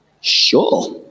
sure